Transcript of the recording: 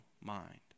mind